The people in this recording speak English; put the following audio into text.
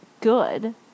good